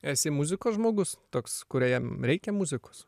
esi muzikos žmogus toks kuriam reikia muzikos